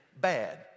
bad